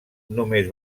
només